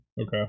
okay